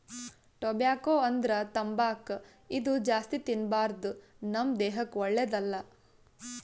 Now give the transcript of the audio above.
tobacco ಅಂದ್ರ ತಂಬಾಕ್ ಇದು ಜಾಸ್ತಿ ತಿನ್ಬಾರ್ದು ನಮ್ ದೇಹಕ್ಕ್ ಒಳ್ಳೆದಲ್ಲ